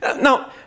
Now